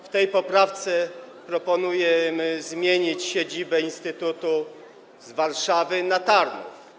W tej poprawce proponujemy zmienić siedzibę instytutu z Warszawy na Tarnów.